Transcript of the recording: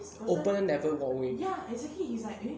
open never walk away